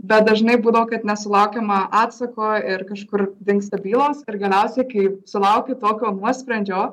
bet dažnai būdavo kad nesulaukiama atsako ir kažkur dingsta bylos ir galiausiai kaip sulauki tokio nuosprendžio